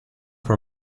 for